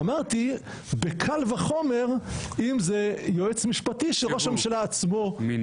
ואמרתי בקל וחומר אם זה יועץ משפטי שראש הממשלה עצמו מינה.